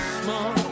small